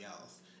else